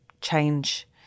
change